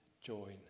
join